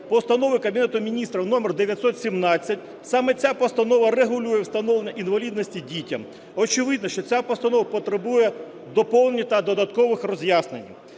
Постанови Кабінету Міністрів № 917. Саме ця постанова регулює встановлення інвалідності дітям. Очевидно, що ця постанова потребує доповнень та додаткових роз'яснень.